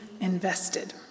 invested